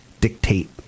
dictate